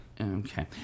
Okay